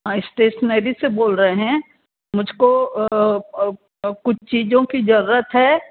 हाँ इस्टेसनरी से बोल रहे हैं मुझको कुछ चीज़ों की जरूरत है